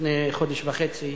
לפני חודש וחצי,